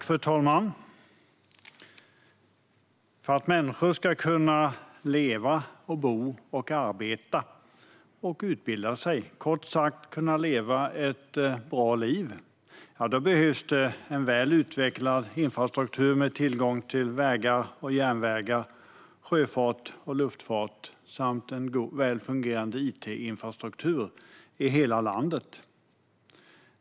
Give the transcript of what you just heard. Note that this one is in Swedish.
Fru talman! För att människor ska kunna leva, bo, arbeta och utbilda sig - kort sagt kunna leva ett bra liv - behövs en väl utvecklad infrastruktur med tillgång till vägar och järnvägar, sjöfart och luftfart samt en väl fungerande it-infrastruktur i hela landet.